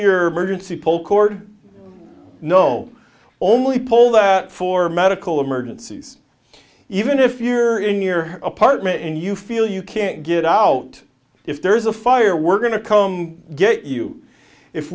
your burger to pull cord no only pull that for medical emergencies even if you're in your apartment and you feel you can't get out if there's a fire we're going to come get you if